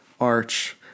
arch